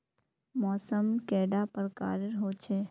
मौसम कैडा प्रकारेर होचे?